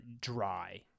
dry